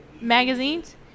Magazines